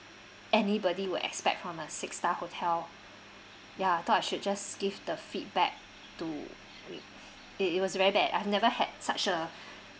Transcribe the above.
anybody would expect from a six star hotel ya thought I should just give the feedback to it it was very bad I've never had such a